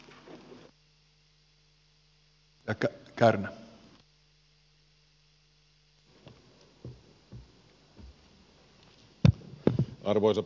arvoisa puhemies